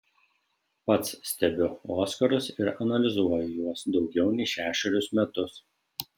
pats stebiu oskarus ir analizuoju juos daugiau nei šešerius metus